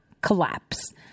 collapse